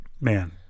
man